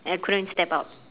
and I couldn't step out